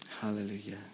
Hallelujah